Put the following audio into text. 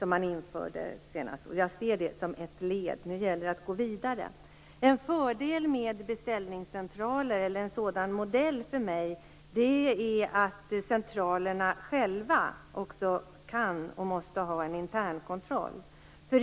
Jag ser det som ett led. Nu gäller det att gå vidare. En fördel med en modell för beställningscentraler är att centralerna själva både kan och måste ha en internkontroll.